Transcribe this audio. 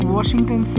Washington